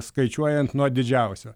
skaičiuojant nuo didžiausio